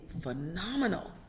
phenomenal